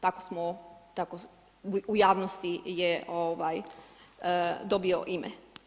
Tako samo, u javnosti je dobio ime.